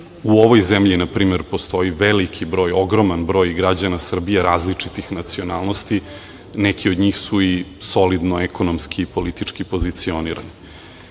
u ovoj zemlji, na primer, postoji veliki broj, ogroman broj građana Srbija različitih nacionalnosti. Neki od njih su i solidno ekonomski i politički pozicionirani. Još